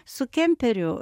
su kemperiu